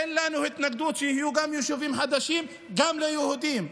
אין לנו התנגדות שיהיו יישובים חדשים גם ליהודים.